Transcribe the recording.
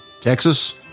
Texas